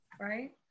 right